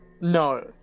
no